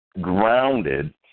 grounded